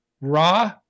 raw